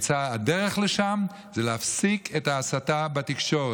הדרך לשם היא להפסיק את ההסתה בתקשורת,